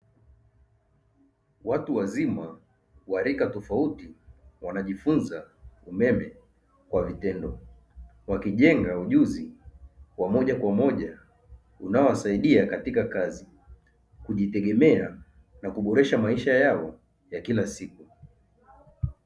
Watu wazima wa rika tofauti wanajifunza umeme kwa vitendo, wakijenga ujuzi wa moja kwa moja unaowasaidia katika kazi, kujitegemea na kuboresha maisha yao ya kila siku.